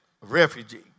Refugee